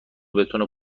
بتونه